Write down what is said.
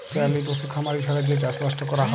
পেরালি পশু খামারি ছাড়া যে চাষবাসট ক্যরা হ্যয়